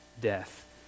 death